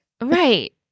right